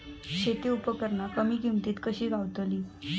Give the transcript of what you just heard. शेती उपकरणा कमी किमतीत कशी गावतली?